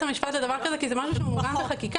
המשפט על דבר הזה כי זה משהו שמעוגן בחקיקה.